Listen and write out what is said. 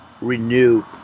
renew